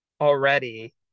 already